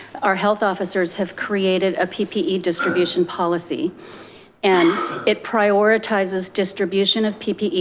our health officers have created a ppe distribution policy and it prioritizes distribution of ppe,